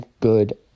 good